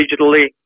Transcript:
digitally